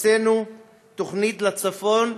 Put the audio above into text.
הקצינו תוכנית לצפון,